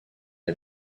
had